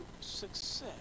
success